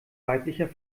weiblicher